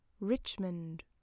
Richmond